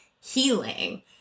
healing